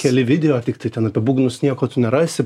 keli video tiktai ten apie būgnus nieko tu nerasi